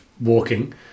walking